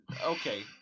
okay